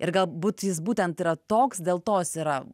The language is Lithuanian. ir galbūt jis būtent yra toks dėl to jis yra